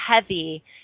heavy